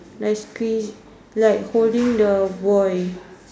like squeeze like holding the boy